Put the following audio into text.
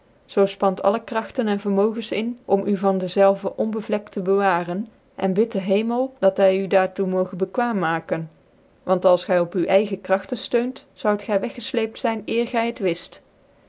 zoo fpant alle kragtcn en vermogen in om u van dezelve onbevlekt te bewaren en bid den hemel dat hy u daar toe moge bekwaam maken j want als gy op u eigc kragten ftcunt zoud gy weggefleept zyn eer gy het wift